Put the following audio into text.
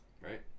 right